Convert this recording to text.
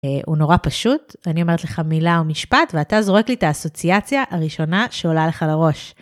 הוא נורא פשוט, אני אומרת לך מילה או משפט ואתה זורק לי את האסוציאציה הראשונה שעולה לך לראש.